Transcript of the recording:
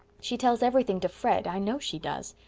she tells everything to fred i know she does.